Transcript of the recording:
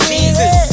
Jesus